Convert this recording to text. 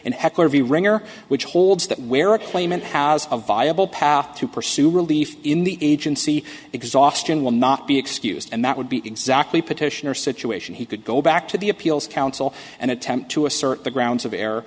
the wringer which holds that where a claimant has a viable path to pursue relief in the agency exhaustion will not be excused and that would be exactly petitioner situation he could go back to the appeals counsel and attempt to assert the grounds of